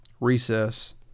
recess